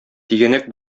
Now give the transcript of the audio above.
тигәнәк